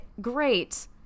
Great